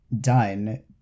done